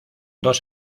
dos